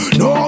no